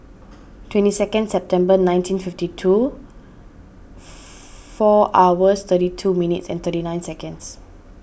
twenty second September nineteen fifty two four hours thirty two minutes and thirty nine seconds